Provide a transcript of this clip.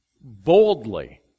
boldly